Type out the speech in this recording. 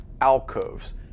alcoves